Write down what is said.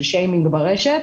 של שיימינג ברשת,